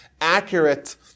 accurate